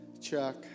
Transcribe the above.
Chuck